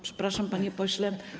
Przepraszam, panie pośle.